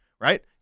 right